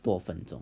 多少分钟